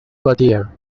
gautier